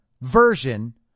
version